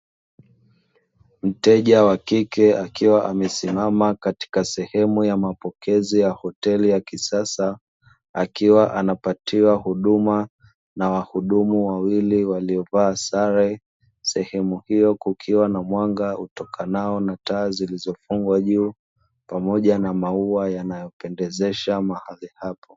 Mteja wa kike akiwa amesimama katika sehemu ya mapokezi ya hoteli ya kisasa, akiwa anapatiwa huduma na wahudumu wawili waliovaa sare. Sehemu hiyo kukiwa na mwanga utokanao na taa zilizofungwa juu, pamoja na maua yanayopendezesha mahali hapo.